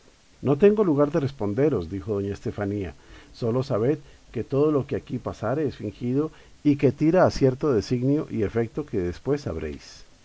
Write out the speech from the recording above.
no tengo lugar de responderos dijo doña estefanía sólo sabed que todo lo que aquí pasare es fingido y que tira a cierto designio y efeto que después sabréis